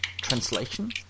translation